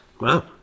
Wow